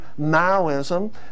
Maoism